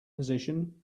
position